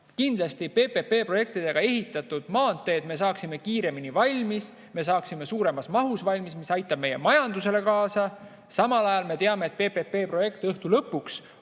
avaldab? PPP‑projektidega ehitatud maanteed me saaksime kindlasti kiiremini valmis, me saaksime teid suuremas mahus valmis, mis aitaks meie majanduse arengule kaasa. Samal ajal me teame, et PPP‑projekt on õhtu lõpuks